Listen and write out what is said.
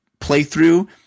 playthrough